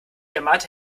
ermahnte